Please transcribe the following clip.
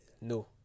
no